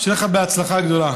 שיהיה לך בהצלחה גדולה.